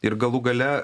ir galų gale